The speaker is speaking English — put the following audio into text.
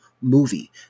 Movie